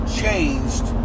changed